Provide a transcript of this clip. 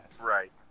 Right